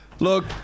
Look